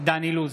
דן אילוז,